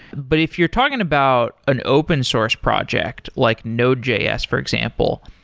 but if you're talking about an open source project like node js, for example,